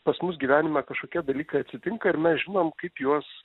pas mus gyvenime kažkokie dalykai atsitinka ir mes žinom kaip juos